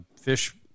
fish